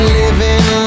living